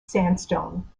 sandstone